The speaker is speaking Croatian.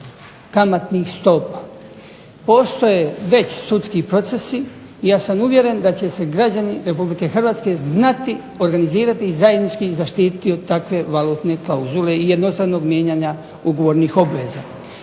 kamatnih stopa. Postoje već sudski procesi, ja sam uvjeren da će se građani Republike Hrvatske znati organizirani i zajednički ih zaštititi od takve valutne klauzule i jednostranog mijenjanja ugovornih obveza.